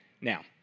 Now